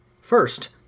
First